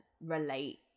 relate